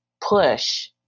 push